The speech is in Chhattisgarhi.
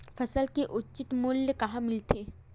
फसल के उचित मूल्य कहां मिलथे?